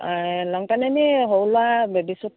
লং pant এনে সৰু ল'ৰা বেবী চুট